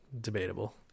debatable